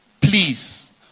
please